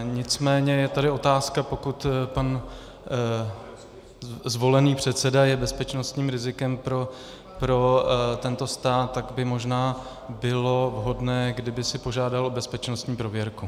Nicméně je tady otázka, pokud pan zvolený předseda je bezpečnostním rizikem pro tento stát, tak by možná bylo vhodné, kdyby si požádal o bezpečnostní prověrku.